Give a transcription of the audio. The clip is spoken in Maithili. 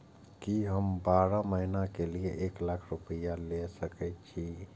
की हम बारह महीना के लिए एक लाख रूपया ले सके छी?